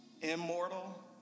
immortal